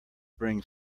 bring